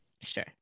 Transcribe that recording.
Sure